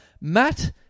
Matt